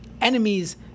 enemies